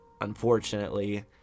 unfortunately